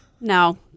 No